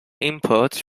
imports